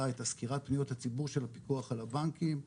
את סקירת פניות הציבור של הפיקוח על הבנקים,